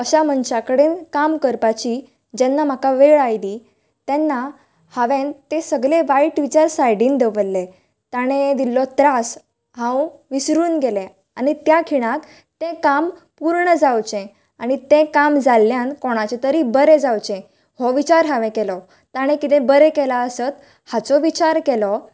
अश्या मनशां कडेन काम करपाची जेन्ना म्हाका वेळ आयली तेन्ना हांवेन तें सगले वायट विचार सायडीन दवरले तांणे दिल्लो त्रास हांव विसरून गेलें आनी त्या खिणाक तें काम पूर्ण जावचे आनी तें काम जाल्यान कोणाचें तरी बरें जावचे हो विचार हांवे केलो तांणे कितें बरें केला आसत हाचो विचार केलो